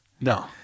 No